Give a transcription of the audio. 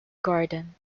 garden